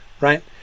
right